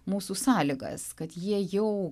mūsų sąlygas kad jie jau